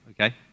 okay